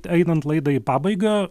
einant laidai į pabaigą